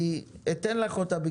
אני אתן לך אותה כי